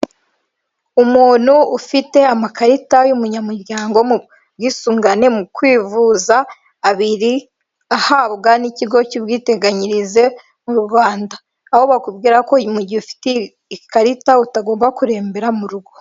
Umuntu ufite amakarita y'umunyamuryango mu bwisungane mu kwivuza abiri, ahabwa n'ikigo cy'ubwiteganyirize mu Rwanda, aho bakubwira ko mu gihe ufite ikarita utagomba kurembera mu rugo.